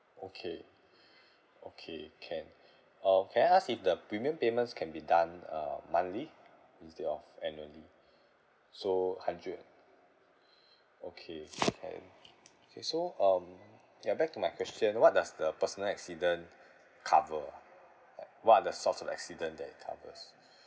okay okay can uh can I ask if the premium payments can be done uh monthly instead of annually so hundred okay can K so um ya back to my question what does the personal accident cover ah like what are the source of accident that it covers